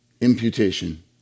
imputation